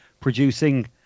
producing